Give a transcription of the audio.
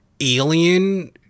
alien